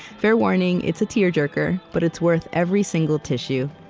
fair warning it's a tear-jerker, but it's worth every single tissue.